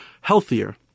healthier